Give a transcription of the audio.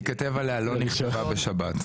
ייכתב עליה "לא נכתבה בשבת".